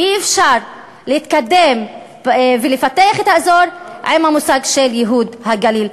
אי-אפשר להתקדם ולפתח את האזור עם המושג של ייהוד הגליל,